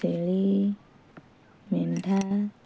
ଛେଳି ମେଣ୍ଢା